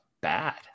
bad